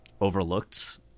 overlooked